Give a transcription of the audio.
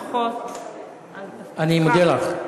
אני מודה לך.